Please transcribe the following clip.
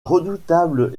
redoutable